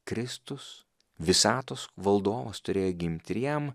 kristus visatos valdovas turėjo gimti ir jam